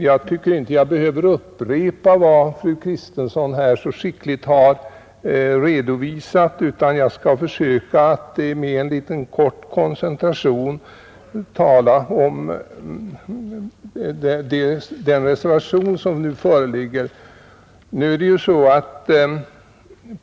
Jag tycker inte att jag behöver upprepa vad fru Kristensson här så skickligt har redovisat, utan jag skall försöka att kort och koncentrerat ta upp den reservation som nu föreligger.